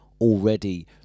already